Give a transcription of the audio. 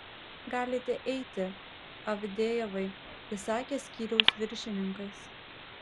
galite eiti avdejevai įsakė skyriaus viršininkas